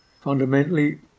fundamentally